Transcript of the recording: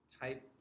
type